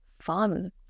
fun